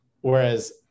whereas